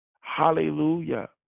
Hallelujah